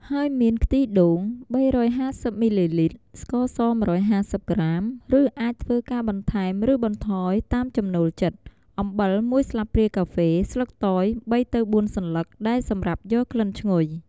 ហើយមានខ្ទិះដូង ៣៥០ មីលីលីត្រ, ស្ករស ១៥០ ក្រាម ឬ អាចធ្វើការបន្ថែមឬបន្ថយតាមចំណូលចិត្ត, អំបិល ១ ស្លាបព្រាកាហ្វេ, ស្លឹកតើយ ៣ ទៅ ៤ សន្លឹក ដែលសម្រាប់យកក្លិនឈ្ងុយ។